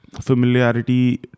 familiarity